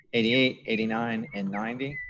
eighty eight, eighty nine, and ninety.